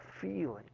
feeling